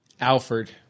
Alfred